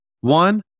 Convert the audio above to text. One